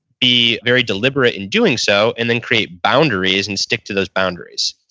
be very deliberate in doing so, and then create boundaries and stick to those boundaries.